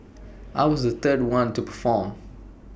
I was the third one to perform